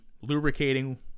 lubricating